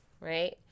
right